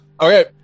Okay